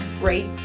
Great